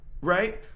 right